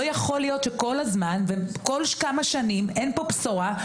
לא יכול להיות שכל הזמן ושכל כמה שנים אין פה בשורה.